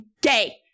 Gay